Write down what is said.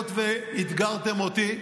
היות שאתגרתם אותי,